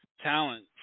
talent